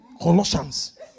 Colossians